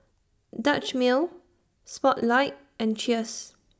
Dutch Mill Spotlight and Cheers